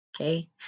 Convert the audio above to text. Okay